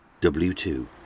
W2